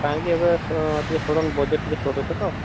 କାହିଁକି ଏବେ ଟିକେ ସଡ଼ନ ବଜେଟ ଟିକେ ସଟ୍ ଅଛି ତ